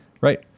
right